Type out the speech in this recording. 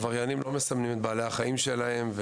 עבריינים לא מסמנים את בעלי החיים שלהם.